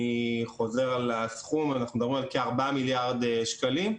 אני חוזר על הסכום: 4 מיליארד שקלים.